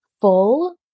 full